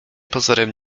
pozorem